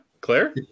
Claire